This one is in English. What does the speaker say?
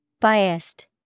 Biased